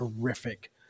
horrific